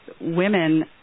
women